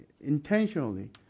intentionally